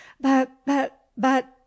But—but—but